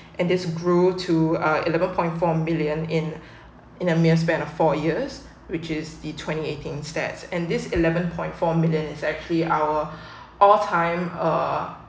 and this grew to a eleven point four million in in a mere span of four years which is the twenty eighteen stats and this eleven point four million effect free our all time uh